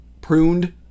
pruned